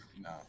No